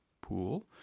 pool